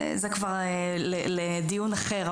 וזה כבר לדיון אחר,